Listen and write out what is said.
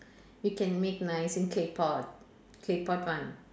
you can make rice in clay pot clay pot one